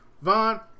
Vaughn